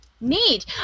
Neat